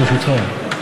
ברשותך.